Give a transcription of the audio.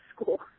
school